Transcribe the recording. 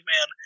Man